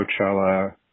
Coachella